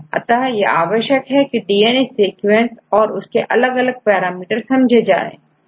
अतः यह आवश्यक है की डीएनए सीक्वेंस और उसके अलग अलग पैरामीटर समझे जाएं